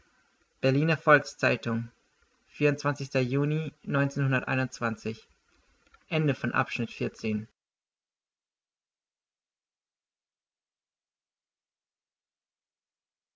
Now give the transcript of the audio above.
berliner volks-zeitung juni